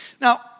Now